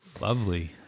Lovely